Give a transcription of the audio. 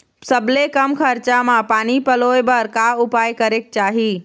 सबले कम खरचा मा पानी पलोए बर का उपाय करेक चाही?